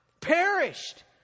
Perished